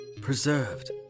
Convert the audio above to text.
preserved